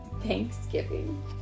Thanksgiving